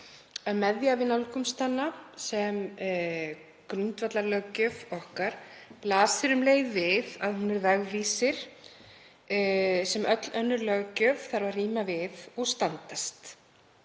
að við nálgumst hana sem grundvallarlöggjöf okkar blasir við að hún er vegvísir sem öll önnur löggjöf þarf að ríma við og standast.